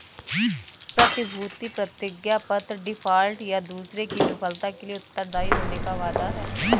प्रतिभूति प्रतिज्ञापत्र डिफ़ॉल्ट, या दूसरे की विफलता के लिए उत्तरदायी होने का वादा है